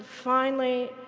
finally,